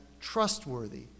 trustworthy